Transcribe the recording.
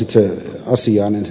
itse asiaan